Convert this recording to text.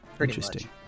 Interesting